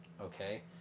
okay